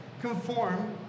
conform